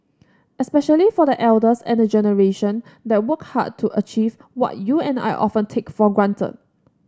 especially for the elders and the generation that worked hard to achieve what you and I often take for granted